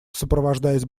сопровождаясь